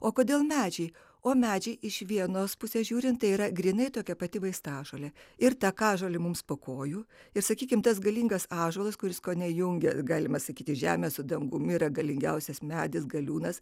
o kodėl medžiai o medžiai iš vienos pusės žiūrint yra grynai tokia pati vaistažolė ir takažolių mums po kojų ir sakykime tas galingas ąžuolas kuris kone jungia galima sakyti žemę su dangumi yra galingiausias medis galiūnas